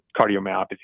cardiomyopathy